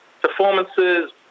performances